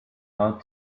out